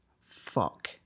fuck